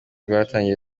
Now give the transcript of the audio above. rwatangiye